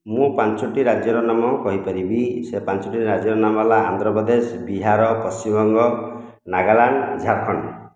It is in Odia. ମୁଁ ପାଞ୍ଚୋଟି ରାଜ୍ୟର ନାମ କହିପାରିବି ସେ ପାଞ୍ଚୋଟି ରାଜ୍ୟର ନାମ ହେଲା ଆନ୍ଧ୍ରପ୍ରଦେଶ ବିହାର ପଶ୍ଚିମବଙ୍ଗ ନାଗାଲାଣ୍ଡ ଝାରଖଣ୍ଡ